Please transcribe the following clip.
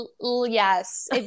Yes